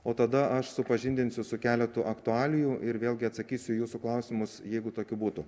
o tada aš supažindinsiu su keletu aktualijų ir vėlgi atsakysiu į jūsų klausimus jeigu tokių būtų